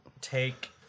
take